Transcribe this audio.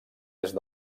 est